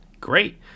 Great